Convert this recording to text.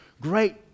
great